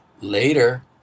Later